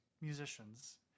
Musicians